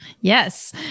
Yes